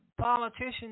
politicians